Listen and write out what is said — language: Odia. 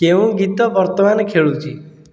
କେଉଁ ଗୀତ ବର୍ତ୍ତମାନ ଖେଳୁଛି